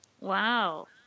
Wow